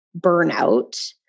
burnout